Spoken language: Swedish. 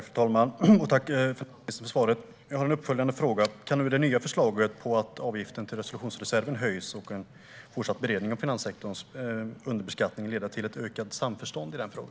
Fru talman! Jag tackar finansministern för svaret. Jag har en uppföljande fråga. Kan det nya förslaget om höjd avgift till resolutionsreserven och fortsatt beredning av finanssektorns underbeskattning leda till ett ökat samförstånd i denna fråga?